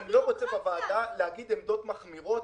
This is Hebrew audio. אני לא רוצה להגיד עמדות מחמירות